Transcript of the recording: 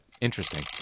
Interesting